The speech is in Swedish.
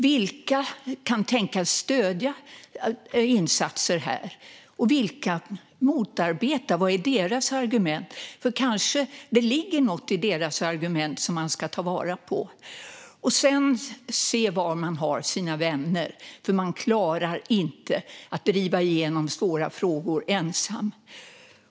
Vilka kan tänkas stödja insatser här? Vilka motarbetar, och vad är deras argument? Kanske det ligger något i deras argument som man ska ta vara på. Man ska se var man har sina vänner, för man klarar inte att driva igenom svåra frågor ensam.